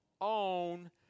own